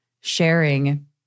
sharing